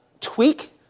tweak